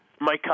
Mike